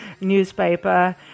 newspaper